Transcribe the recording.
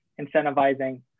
incentivizing